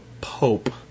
Pope